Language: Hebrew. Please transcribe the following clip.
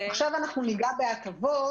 עכשיו אדבר על הטבות